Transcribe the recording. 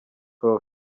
prof